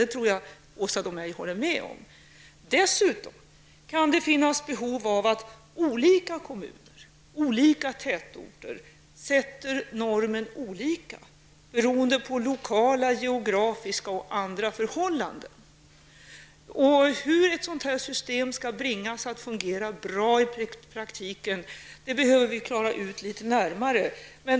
Det tror jag Åsa Domeij håller med om. Dessutom kan det finnas behov av att olika kommuner och olika tätorter sätter normer olika beroende på lokala, geografiska och andra förhållanden. Hur ett sådant system skall bringas att fungera bra i praktiken behöver vi klara ut litet närmare.